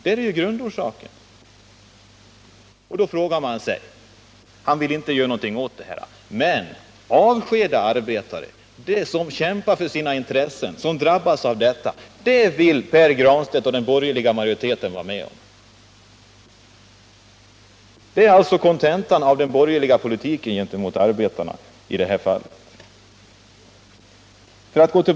Det här är ju grundorsakerna, och dem vill Pär Granstedt inte göra någonting åt. Men att avskeda arbetare, som kämpar för sina intressen när de drabbas av dessa grundläggande orsaker, det vill Pär Granstedt och den borgerliga majoriteten. Det är kontentan av den borgerliga politiken gentemot arbetarna i det här fallet.